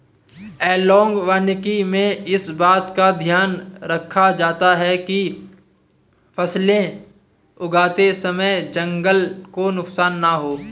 analogue वानिकी में इस बात का ध्यान रखा जाता है कि फसलें उगाते समय जंगल को नुकसान ना हो